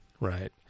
right